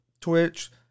Twitch